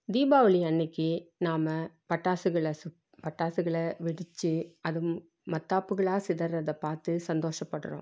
தீபாவளி அன்றைக்கி நாம் பட்டாசுகளை சு பட்டாசுகளை வெடித்து அதுவும் மத்தாப்புகளாக சிதர்றதை பார்த்து சந்தோஷப்படுறோம்